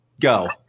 go